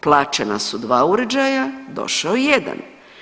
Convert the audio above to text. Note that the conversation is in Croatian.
Plaćena su dva uređaja, došao je jedan.